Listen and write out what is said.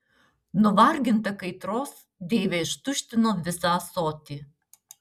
nuvarginta kaitros deivė ištuštino visą ąsotį